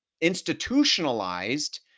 institutionalized